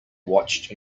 watched